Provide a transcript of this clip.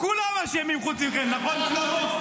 כולם אשמים חוץ מכם, נכון, שלמה?